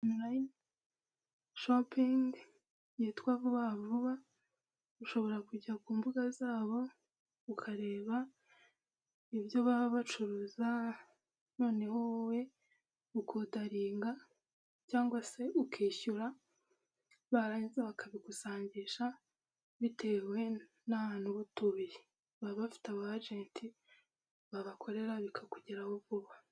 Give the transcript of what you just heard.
Online shopping yitwa vuba vuba ushobora kujya ku mbuga zabo ukareba ibyo baba bacuruza noneho wowe ukodaringa cyangwa se ukishyura barangiza bakabigusangisha bitewe n'ahantu uba utuye baba bafite abagent babakorera bikakugeraho vuba.